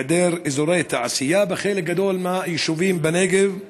היעדר אזורי תעשייה בחלק גדול מהיישובים בנגב.